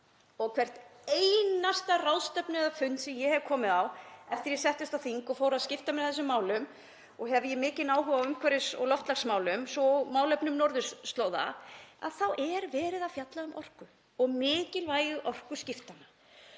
Á hverri einustu ráðstefnu eða fundi sem ég hef komið á eftir að ég settist á þing og fór að skipta mér af þessum málum, og ég hef mikinn áhuga á umhverfis- og loftslagsmálum svo og málefnum norðurslóða, þá er verið að fjalla um orku og mikilvægi orkuskiptanna.